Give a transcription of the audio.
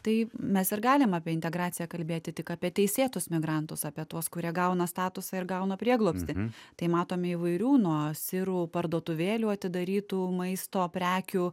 tai mes ir galim apie integraciją kalbėti tik apie teisėtus imigrantus apie tuos kurie gauna statusą ir gauna prieglobstį tai matom įvairių nuo asirų parduotuvėlių atidarytų maisto prekių